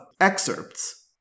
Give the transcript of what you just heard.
excerpts